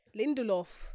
Lindelof